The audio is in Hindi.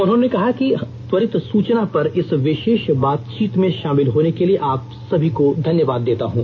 उन्होंने कहा है कि त्वरित सूचना पर इस विषेष बातचीत में शामिल होने के लिए आप सभी को धन्यवाद देता हूं